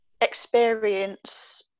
experience